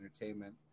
Entertainment